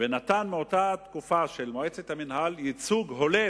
ונתן באותה תקופה במועצת המינהל ייצוג הולם